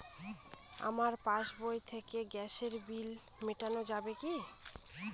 আমার পাসবই থেকে গ্যাসের বিল মেটানো যাবে কি?